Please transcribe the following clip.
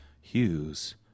Hughes